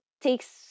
takes